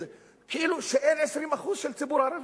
כאילו אין ה-20% של הציבור הערבי.